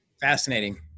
Fascinating